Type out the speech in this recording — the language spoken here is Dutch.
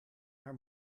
haar